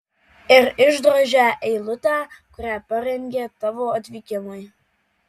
ir išdrožia eilutę kurią parengė tavo atvykimui